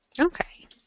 Okay